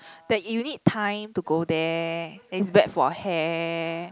that you need time to go there it's bad for hair